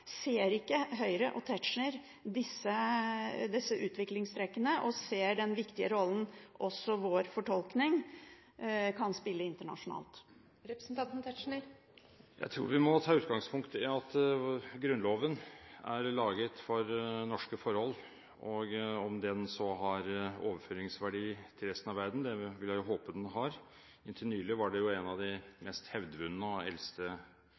Ser ikke Høyre og Tetzschner disse utviklingstrekkene og den viktige rollen vår fortolkning kan spille internasjonalt? Jeg tror vi må ta utgangspunkt i at Grunnloven er laget for norske forhold. At den har overføringsverdi til resten av verden, vil jeg jo håpe. Inntil nylig var den en av de mest hevdvunne og eldste